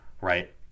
right